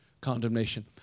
condemnation